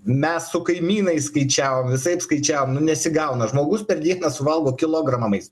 mes su kaimynais skaičiavom visaip skaičiavom nesigauna žmogus per dieną suvalgo kilogramamais